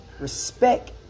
Respect